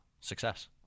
success